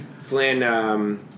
Flynn